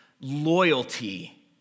loyalty